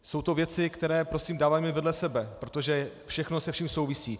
Jsou to věci, které prosím dávejme vedle sebe, protože všechno se vším souvisí.